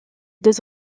deux